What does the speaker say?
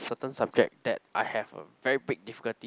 certain subject that I have a very big difficulty